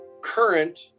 current